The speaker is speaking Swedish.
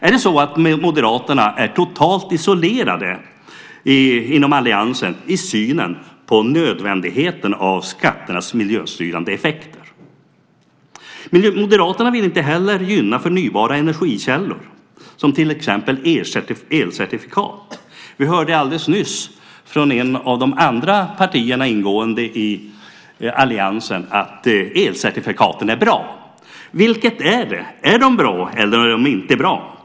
Är det så att Moderaterna är totalt isolerade inom alliansen i synen på nödvändigheten av skatternas miljöstyrande effekter? Moderaterna vill inte heller gynna förnybara energikällor som till exempel elcertifikat. Vi hörde alldeles nyss från ett av de andra partierna som ingår i alliansen att elcertifikaten är bra. Vilket är det? Är de bra, eller är de inte bra?